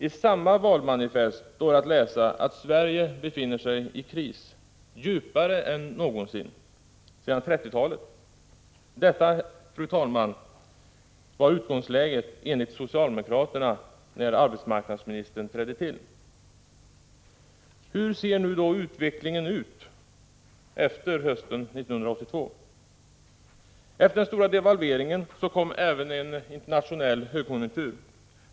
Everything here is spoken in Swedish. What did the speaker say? I samma valmanifest står att läsa att Sverige befinner sig i djup kris, djupare än någonsin sedan 1930-talet. Detta, fru talman, var enligt socialdemokraterna utgångsläget när arbetsmarknadsministern trädde till. Hur ser då utvecklingen ut efter hösten 1982? Efter den stora devalveringen kom även en internationell högkonjunktur.